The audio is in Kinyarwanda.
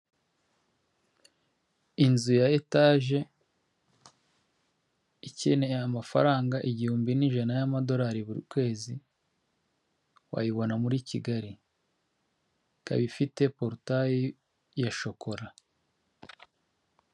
Inzu ya etage ikeneye amafaranga igihumbi n'ijana y'amadorari buri kwezi wayibona muri Kigali, ikaba ifite porutayi ya shokora.